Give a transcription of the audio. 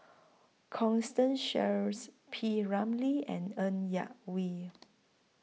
Constance Sheares P Ramlee and Ng Yak Whee